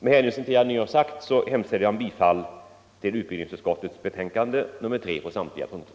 Med hänvisning till vad jag nu har sagt yrkar jag bifall till utbildningsutskottets hemställan på samtliga punkter i betänkandet nr 3.